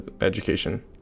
education